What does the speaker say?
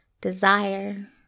Desire